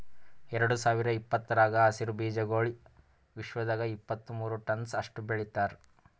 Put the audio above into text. ಎರಡು ಸಾವಿರ ಇಪ್ಪತ್ತರಾಗ ಹಸಿರು ಬೀಜಾಗೋಳ್ ವಿಶ್ವದಾಗ್ ಇಪ್ಪತ್ತು ಮೂರ ಟನ್ಸ್ ಅಷ್ಟು ಬೆಳಿತಾರ್